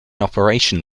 operation